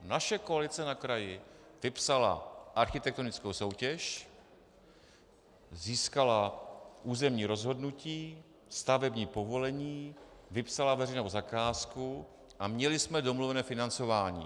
Naše koalice na kraji vypsala architektonickou soutěž, získala územní rozhodnutí, stavební povolení, vypsala veřejnou zakázku a měli jsme domluvené financování.